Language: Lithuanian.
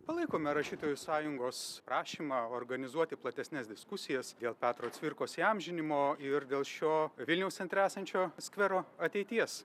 palaikome rašytojų sąjungos prašymą organizuoti platesnes diskusijas dėl petro cvirkos įamžinimo ir dėl šio vilniaus centre esančio skvero ateities